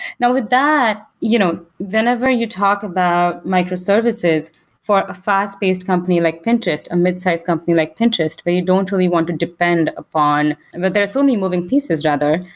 with that, you know whenever you talk about microservices for a fast-based company like pinterest, a mid-size company like pinterest where you don't really want to depend upon and but there are so many moving pieces rather.